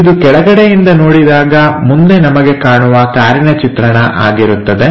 ಇದು ಕೆಳಗಡೆಯಿಂದ ನೋಡಿದಾಗ ಮುಂದೆ ನಮಗೆ ಕಾಣುವ ಕಾರಿನ ಚಿತ್ರಣ ಆಗಿರುತ್ತದೆ